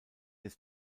des